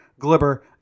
glibber